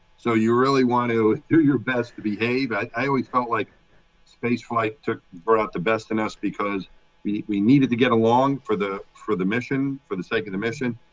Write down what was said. so you really want to do your best to behave. i always felt like spaceflight brought the best in us because we we needed to get along for the for the mission for the sake of the mission,